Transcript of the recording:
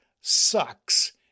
sucks